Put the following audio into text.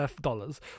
dollars